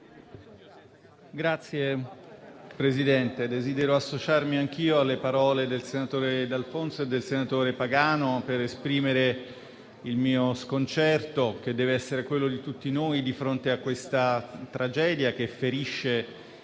Signor Presidente, desidero associarmi anch'io alle parole dei senatori D'Alfonso e Pagano per esprimere il mio sconcerto, che deve essere quello di tutti noi, di fronte a questa tragedia che ferisce